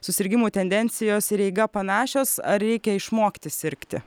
susirgimų tendencijos ir eiga panašios ar reikia išmokti sirgti